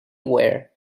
ware